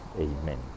Amen